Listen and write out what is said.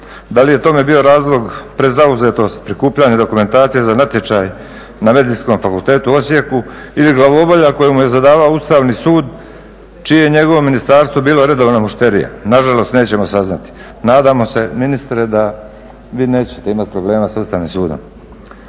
Da li je tome bio razlog prezauzetost prikupljanja dokumentacije za natječaj na Medicinskom fakultetu u Osijeku ili glavobolja koja mu je zadavala Ustavni sud čije je njegovo ministarstvo bilo redovna mušterija, nažalost nećemo saznati. Nadamo se ministre da vi nećete imati problema sa Ustavnim sudom.